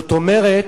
זאת אומרת,